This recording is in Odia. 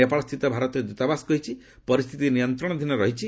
ନେପାଳସ୍ଥିତ ଭାରତୀୟ ଦୃତାବାସ କହିଛି ପରିସ୍ଥିତି ନିୟନ୍ତ୍ରଣାଧୀନ ରହିଛି